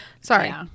sorry